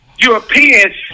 Europeans